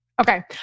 Okay